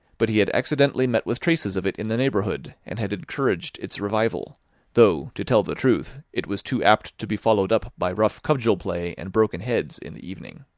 but he had accidentally met with traces of it in the neighbourhood, and had encouraged its revival though, to tell the truth, it was too apt to be followed up by rough cudgel-play and broken heads in the evening.